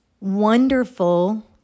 wonderful